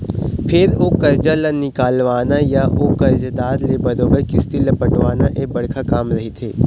फेर ओ करजा ल निकलवाना या ओ करजादार ले बरोबर किस्ती ल पटवाना ये बड़का काम रहिथे